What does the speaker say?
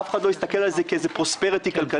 אף אחד לא הסתכל על זה כאיזה פרוספריטי כלכלי